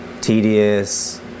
tedious